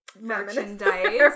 merchandise